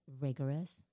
rigorous